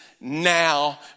now